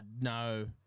no